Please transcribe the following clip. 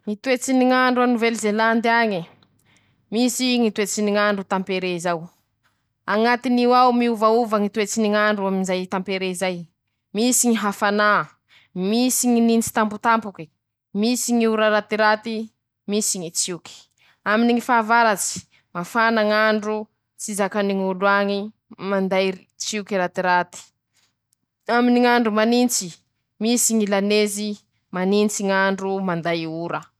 Ñy toetsy ny ñ'andro a Novely zelandy añe: Misy Ñy toetsy ny ñ'andro tampéré zao, añatin'io ao miovaova Ñy toetsy ny ñ'andro amin'izay tamperé zay, misy ñy hafnà, misy ñy nintsy tampotampoky, misy ñy ora ratiraty, misy ñy tsioky, aminy ñy fahavaratsy mafana ñ'andro, tsy zakany ñ'olo añy manday tsioky ratiraty, aminy ñ'andro manintsy, misy ñy lanezy, manintsy ñ'andro manday ora.